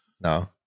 No